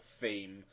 theme